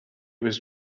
was